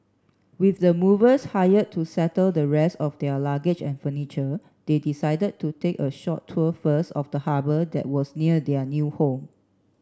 with the movers hired to settle the rest of their luggage and furniture they decided to take a short tour first of the harbour that was near their new home